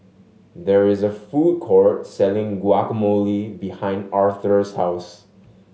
there is a food court selling Guacamole behind Arthur's house